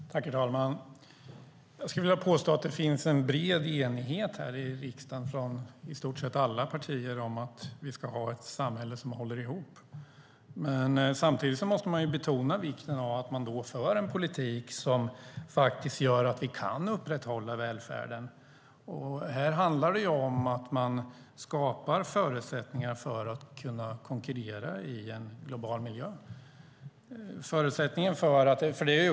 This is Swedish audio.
Herr talman! Jag skulle vilja påstå att det finns en bred enighet från i stort sett alla partier i riksdagen om att vi ska ha ett samhälle som håller ihop. Samtidigt måste man betona vikten av att föra en politik som faktiskt gör att vi kan upprätthålla välfärden. Här handlar det om att man skapar förutsättningar för att konkurrera i en global miljö.